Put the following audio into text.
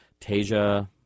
Tasia